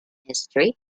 history